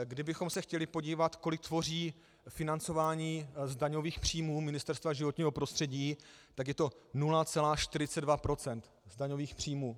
Kdybychom se chtěli podívat, kolik tvoří financování z daňových příjmů Ministerstva životního prostředí, tak je to 0,42 % z daňových příjmů.